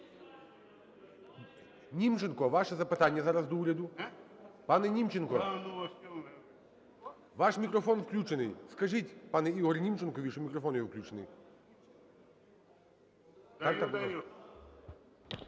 Німченко, ваше запитання зараз до уряду. Пане Німченко! Ваш мікрофон включений. Скажіть, пане Ігорю, Німченкові, що мікрофон його включений. 11:11:10